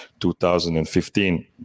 2015